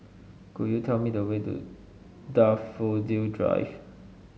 could you tell me the way to Daffodil Drive